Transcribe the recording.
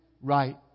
right